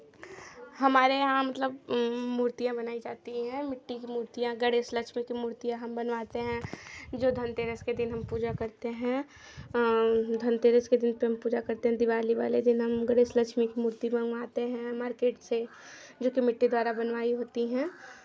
हमारे यहाँ मतलब मूर्तियाँ बनाई जाती हैं मिट्टी की मूर्तियाँ गणेश लक्ष्मी की मूर्तियाँ हम बनवाते हैं जो धनतेरस के दिन हम पूजा करते हैं धनतेरस के दिन पूजा करते हैं दिवाली वाले दिन हम गणेश लक्ष्मी की मूर्ति को हम लाते हैं मार्केट से जिसे मिट्टी द्वारा बनवाई होती हैं